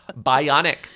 Bionic